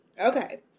okay